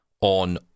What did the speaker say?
on